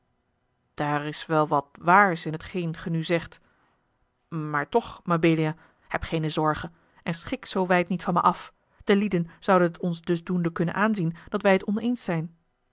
daar is wel wat waars in t geen ge nu zegt maar toch mabelia heb geene zorge en schik zoo wijd niet van mij af de lieden zouden het ons dus doende kunnen aanzien dat wij t oneens zijn